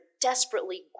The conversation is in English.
desperately